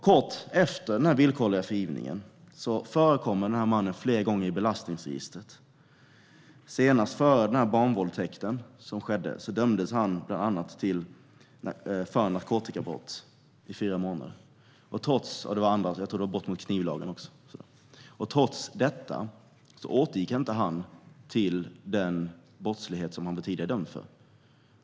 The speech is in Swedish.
Kort efter den villkorliga frigivningen förekommer mannen flera gånger i belastningsregistret. Senast före barnvåldtäkten dömdes han bland annat för narkotikabrott till fyra månaders fängelse. Jag tror där ingick brott mot knivlagen också. Trots detta återgick han inte till fängelset för den brottslighet han tidigare blivit dömd för.